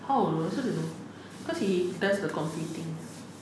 how I know I also don't know cause he does computings